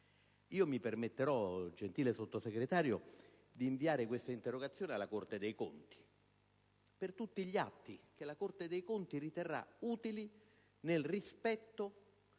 Mi permetterò, gentile Sottosegretario, di inviare questa interrogazione alla Corte dei conti per tutti gli atti che la Corte dei conti riterrà utili nel rispetto